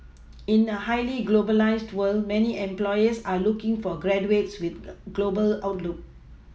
in a highly globalised world many employers are looking for graduates with the global outlook